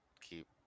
keep